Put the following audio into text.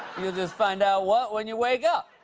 you'll just find out what when you wake up.